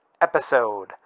episode